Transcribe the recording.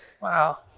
Wow